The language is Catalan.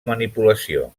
manipulació